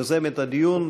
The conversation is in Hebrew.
יוזמת הדיון,